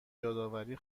یادآوری